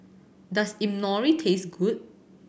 does taste good